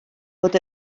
fod